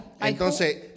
Entonces